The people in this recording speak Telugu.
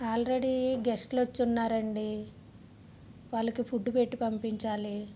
ఆల్రెడీ గెస్ట్లు వచ్చున్నారండి వాళ్ళకి ఫుడ్ పెట్టి పంపించాలి